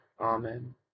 Amen